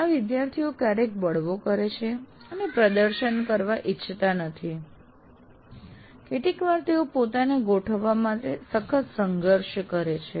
આ વિદ્યાર્થીઓ ક્યારેક બળવો કરે છે અને પ્રદર્શન કરવા ઇચ્છતા નથી કેટલીકવાર તેઓ પોતાને ગોઠવવા માટે સખત સંઘર્ષ કરે છે